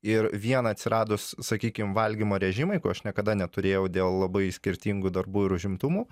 ir vien atsiradus sakykim valgymo režimui ko aš niekada neturėjau dėl labai skirtingų darbų ir užimtumų